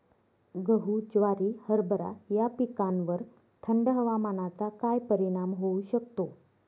गहू, ज्वारी, हरभरा या पिकांवर थंड हवामानाचा काय परिणाम होऊ शकतो?